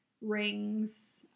rings